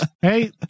Hey